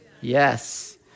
Yes